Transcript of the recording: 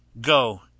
Go